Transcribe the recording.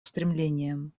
устремлениям